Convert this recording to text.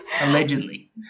allegedly